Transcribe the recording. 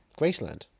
Graceland